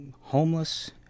homeless